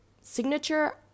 signature